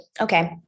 okay